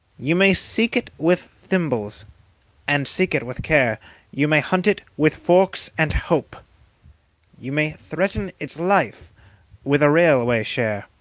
you may seek it with thimbles and seek it with care you may hunt it with forks and hope you may threaten its life with a railway-share